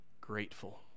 grateful